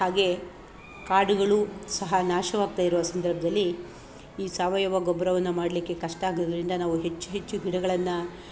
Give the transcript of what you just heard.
ಹಾಗೇ ಕಾಡುಗಳು ಸಹ ನಾಶವಾಗ್ತಾಯಿರೋ ಸಂದರ್ಭದಲ್ಲಿ ಈ ಸಾವಯವ ಗೊಬ್ಬರವನ್ನು ಮಾಡ್ಲಿಕ್ಕೆ ಕಷ್ಟ ಆಗೋದ್ರಿಂದ ನಾವು ಹೆಚ್ಚು ಹೆಚ್ಚು ಗಿಡಗಳನ್ನು